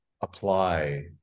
apply